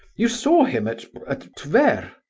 you saw him at at tver.